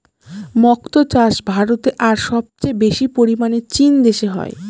মক্তো চাষ ভারতে আর সবচেয়ে বেশি পরিমানে চীন দেশে হয়